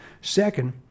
Second